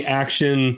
action